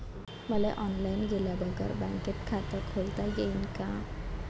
मले ऑनलाईन गेल्या बगर बँकेत खात खोलता येईन का?